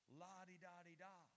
la-di-da-di-da